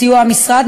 בסיוע המשרד,